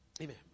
Amen